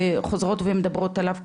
חוזרות ומדברות עליו,